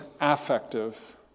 affective